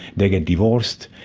they get divorced,